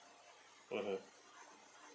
mmhmm